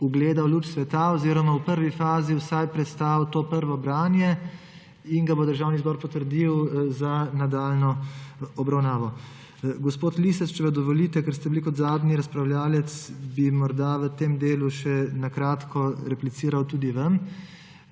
ugledal luč sveta oziroma v prvi fazi vsaj prestal to prvo branje in ga bo Državni zbor potrdil za nadaljnjo obravnavo. Gospod Lisec, če dovolite, ker ste bili kot zadnji razpravljavec, bi morda v tem delu še na kratko repliciral tudi vam.